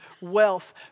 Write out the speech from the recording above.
wealth